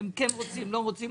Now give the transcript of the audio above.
הם כן רוצים או לא רוצים.